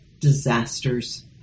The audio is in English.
disasters